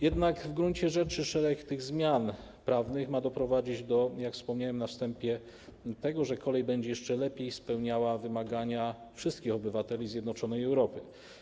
Jednak w gruncie rzeczy szereg tych zmian prawnych ma doprowadzić, jak wspomniałem na wstępie, do tego, że kolej będzie jeszcze lepiej spełniała wymagania wszystkich obywateli zjednoczonej Europy.